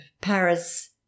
Paris